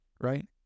right